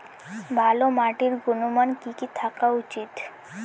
ভালো মাটির গুণমান কি কি থাকা উচিৎ?